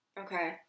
Okay